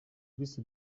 chris